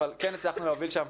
אבל כן הצלחנו להוביל שם